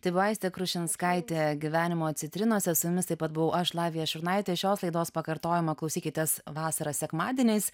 tai buvo aistė krušinskaitė gyvenimo citrinose su jumis taip pat buvau aš lavija šurnaitė šios laidos pakartojimą klausykitės vasarą sekmadieniais